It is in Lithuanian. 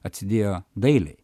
atsidėjo dailei